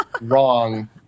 wrong